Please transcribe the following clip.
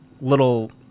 little